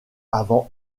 avant